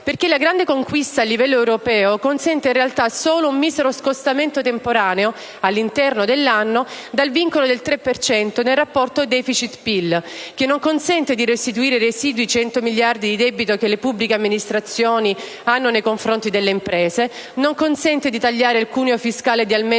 perché la grande conquista a livello europeo consente in realtà solo un misero scostamento temporaneo all'interno dell'anno dal vincolo del 3 per cento nel rapporto *deficit*-PIL. Ciò non consente di restituire i residui 100 miliardi di euro di debiti che le pubbliche amministrazioni hanno nei confronti delle imprese; non consente di tagliare il cuneo fiscale di almeno 5 punti